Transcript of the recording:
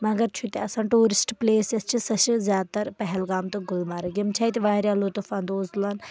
مَگر چھُ تہِ آسان ٹوٗرِسٹ پِلیس یۄس چھِ سۄ چھِ زیادٕ تر پہلگام تہٕ گُلمرگ یِم چھِ اَتہِ واریاہ لُطف اَنٛدوز تُلان